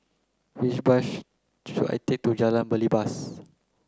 which bus should I take to Jalan Belibas